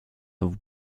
have